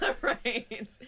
Right